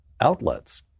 outlets